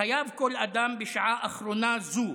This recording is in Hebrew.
חייב כל אדם בשעה אחרונה זו